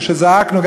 כשזעקנו,